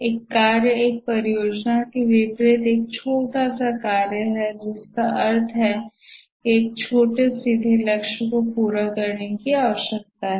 एक कार्य एक परियोजना के विपरीत एक छोटा सा कार्य है जिसका अर्थ है एक छोटे सीधा लक्ष्य को पूरा करने है